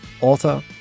author